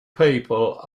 people